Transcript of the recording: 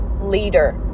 leader